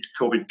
COVID